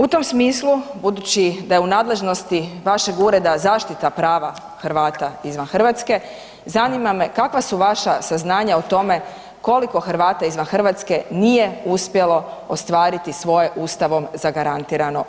U tom smislu, budući da je u nadležnosti vašeg Ureda zaštita prava Hrvata izvan Hrvatske, zanima me kakva su vaša saznanja o tome koliko Hrvata izvan Hrvatske nije uspjelo ostvariti svoje Ustavom zagarantirano pravo?